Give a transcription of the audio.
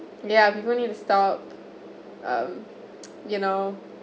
yeah people need to stop um you know